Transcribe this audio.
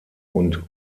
und